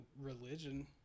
religion